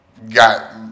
got